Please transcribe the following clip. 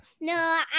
No